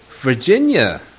Virginia